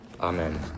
Amen